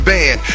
Band